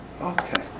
okay